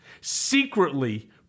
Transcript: Secretly